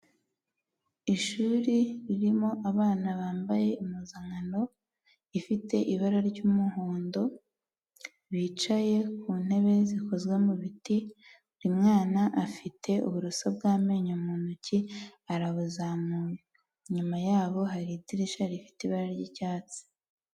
Ishuri ririmo abana bambaye impuzankano ifite ibara ry'umuhondo bicaye ku ntebe zikozwe mu biti buri mwana afite uburoso bw'amenyo mu ntoki arabuzamuye inyuma yabo hari idirishya rifite ibara ry'icyatsi.